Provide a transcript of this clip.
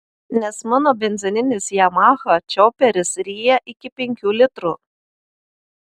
nes mano benzininis yamaha čioperis ryja iki penkių litrų